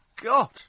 God